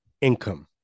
income